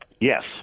Yes